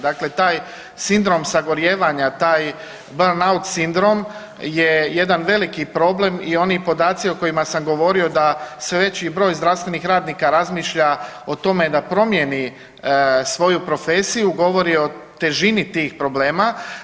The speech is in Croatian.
Dakle, taj sindrom sagorijevanja, taj „burnout“ sindrom je jedan veliki problem i oni podaci o kojima sam govorio da sve već i broj zdravstvenih radnika razmišlja o tome da promijeni svoju profesiju govori o težini tih problema.